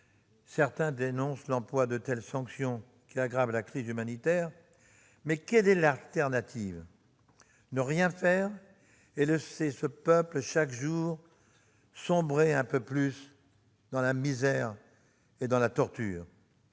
Certains dénoncent l'emploi de telles sanctions, au motif qu'elles aggravent la crise humanitaire. Mais quelle est l'alternative ? Ne rien faire et laisser ce peuple sombrer chaque jour un peu plus dans la misère et dans la torture ?